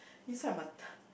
inside my